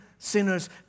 sinners